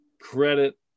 credit